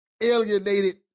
alienated